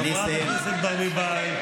נגד חברי כנסת מהקואליציה ונגד שרים,